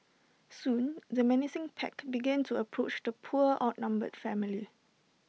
soon the menacing pack began to approach the poor outnumbered family